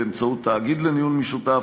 באמצעות תאגיד לניהול משותף,